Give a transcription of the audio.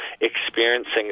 experiencing